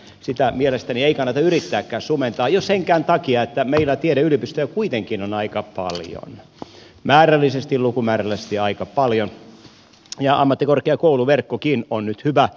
sitä mielestäni ei kannata yrittääkään sumentaa jo senkään takia että meillä tiedeyliopistoja kuitenkin on lukumäärällisesti aika paljon ja ammattikorkeakouluverkkokin on nyt hyvä